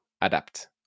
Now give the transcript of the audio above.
adapt